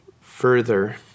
further